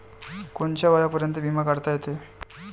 कोनच्या वयापर्यंत बिमा काढता येते?